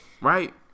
right